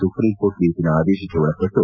supreme court ತೀರ್ಪಿನ ಆದೇಶಕ್ಕೆ ಒಳಪಟ್ಟು